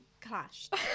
clashed